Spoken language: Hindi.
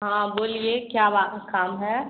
हाँ बोलिए क्या बा काम है